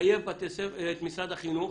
שתחייב את משרד החינוך